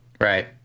Right